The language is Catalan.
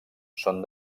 són